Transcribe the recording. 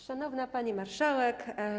Szanowna Pani Marszałek!